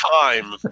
time